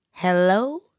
Hello